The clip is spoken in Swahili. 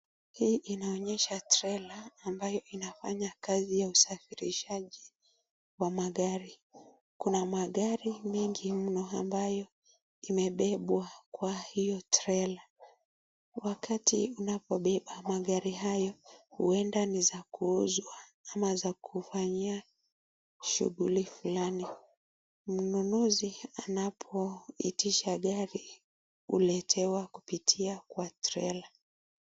Hii inanyesha trela ambayo inafanya kazi ya usafirisha wa magari. Kuna magari mengi no ambayo imebebwa kwa hiyo trela. Wakati unapobeba hiyo magari huenda ni za kuuzwa ama za kufanyia shughuli fulani. Mnunuzi anapoitisha gari huletewa kupitia kwa trela.